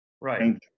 right